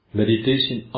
meditation